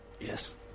yes